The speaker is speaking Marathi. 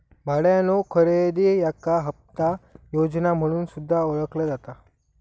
भाड्यानो खरेदी याका हप्ता योजना म्हणून सुद्धा ओळखला जाता